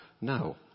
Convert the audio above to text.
No